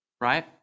right